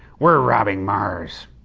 we're robbing mars.